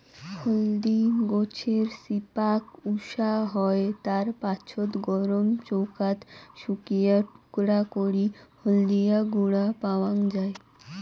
হলদি গছের শিপাক উষা হই, তার পাছত গরম চৌকাত শুকিয়া টুকরা করি হলদিয়া গুঁড়া পাওয়াং যাই